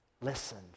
Listen